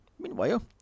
Meanwhile